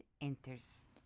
enters